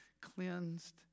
cleansed